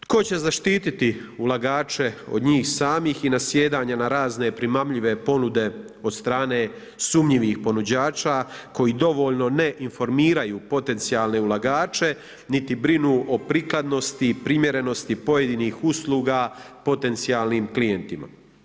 Tko će zaštititi ulagače od njih samih i nasjedanje na razne primamljive ponude od strane sumnjivih ponuđača koji dovoljno ne informiraju potencijalne ulagače niti brinu o prikladnosti, primjerenosti pojedinih usluga potencijalnim klijentima?